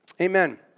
Amen